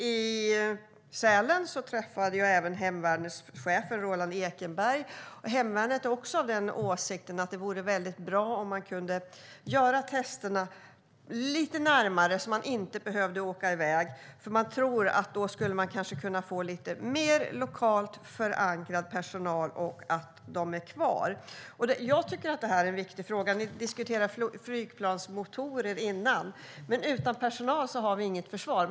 I Sälen träffade jag även hemvärnets chef Roland Ekenberg, och hemvärnet är också av åsikten att det vore väldigt bra om testerna kunde göras lite närmare så att man inte behöver åka iväg. Man tror nämligen att man då skulle kunna få lite mer lokalt förankrad personal som blir kvar. Jag tycker att det här är en viktig fråga. Ni diskuterade flygplansmotorer förut, men utan personal har vi inget försvar.